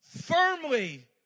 firmly